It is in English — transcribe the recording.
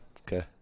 Okay